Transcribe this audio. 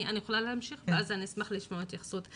אני אמשיך ואז אני אשמח לשמוע התייחסות.